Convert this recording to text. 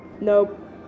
Nope